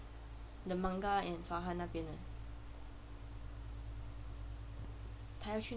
the manga and farhan 那边的